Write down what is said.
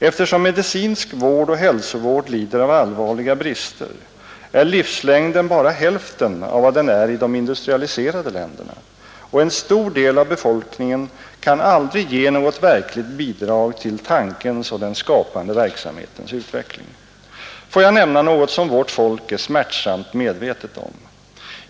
Eftersom medicinsk vård och hälsovård lider av allvarliga brister är livslängden bara hälften av vad den är i de industrialiserade länderna och en stor del av befolkningen kan aldrig ge något verkligt bidrag till tankens och den skapande verksamhetens utveckling. Får jag nämna något som vårt folk är smärtsamt medvetet om.